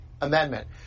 amendment